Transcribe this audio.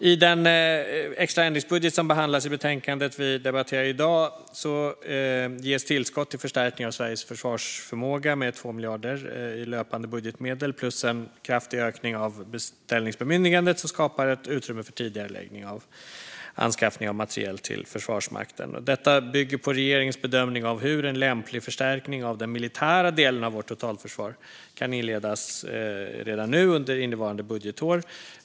I den extra ändringsbudget som behandlas i betänkandet vi debatterar i dag ges tillskott till förstärkning av Sveriges försvarsförmåga med 2 miljarder i löpande budgetmedel plus en kraftig ökning av beställningsbemyndigandet som skapar ett utrymme för tidigareläggning av anskaffning av materiel till Försvarsmakten. Detta bygger på regeringens bedömning av hur en lämplig förstärkning av den militära delen av vårt totalförsvar kan inledas redan nu under innevarande budgetår.